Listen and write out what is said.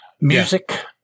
Music